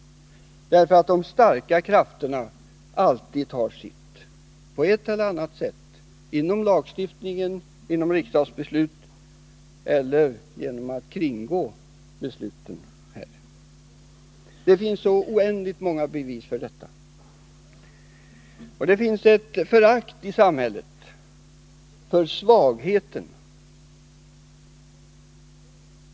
De starka krafterna tar nämligen alltid sitt på ett eller annat sätt — genom lagstiftning, genom riksdagsbeslut eller genom att kringgå besluten. Det finns så oändligt många bevis för detta. Det finns ett förakt i samhället för svagheten.